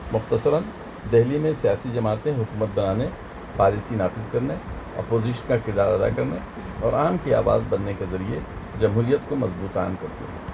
مختصراً دہلی میں سیاسی جماعتیں حکومت بنانے پالیسی نافذ کرنے اپوزیشن کا کردار ادا کرنے اور عام کی آواز بننے کے ذریعے جمہوریت کو مضبوط کرتے ہیں